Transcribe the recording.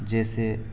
جیسے